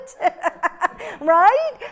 Right